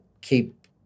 keep